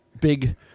big